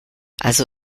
also